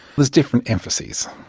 there's different emphases.